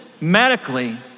medically